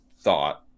thought